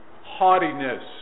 haughtiness